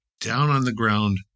down-on-the-ground